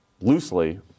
loosely